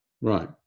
right